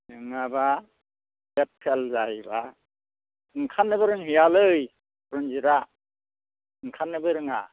नङाब्ला date fail जायोब्ला ओंखारनोबो रोंहैया रनजितआ ओंखारनोबो रोङा